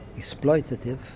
exploitative